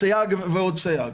סייג ועוד סייג.